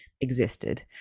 existed